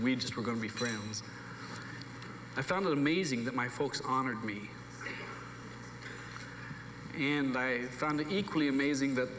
we just were going to be friends i found it amazing that my folks honored me and i found the equally amazing that